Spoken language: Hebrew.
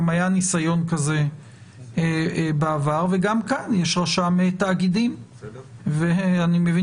גם היה ניסיון כזה בעבר וגם כאן יש רשם תאגידים ואני מבין